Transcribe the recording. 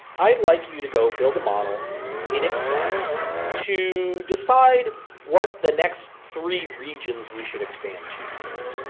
i'd like you to go build a model in excel to decide what the next three regions we should expand to would be.